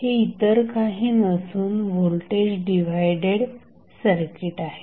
हे इतर काही नसून व्होल्टेज डिव्हाइडेड सर्किट आहे